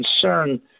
concern